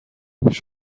پیش